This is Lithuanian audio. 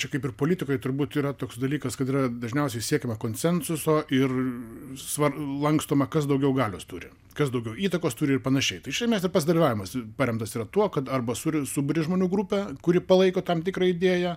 čia kaip ir politikoj turbūt yra toks dalykas kad yra dažniausiai siekiama konsensuso ir svar lankstoma kas daugiau galios turi kas daugiau įtakos turi ir panašiai tai šiame etape pats dalyvavimas paremtas yra tuo kad arba suri suburi žmonių grupę kuri palaiko tam tikrą idėją